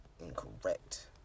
incorrect